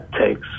takes